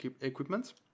equipment